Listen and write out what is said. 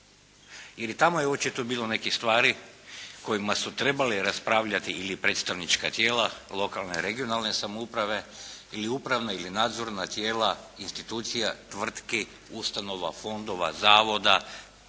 jer i tamo je očito bilo nekih stvari kojima su trebali raspravljati ili predstavnička tijela lokalne (regionalne) samouprave ili upravna ili nadzorna tijela institucija tvrtki, ustanova, fondova, zavoda pa